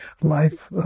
life